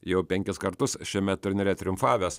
jau penkis kartus šiame turnyre triumfavęs